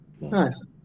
Nice